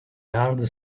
hard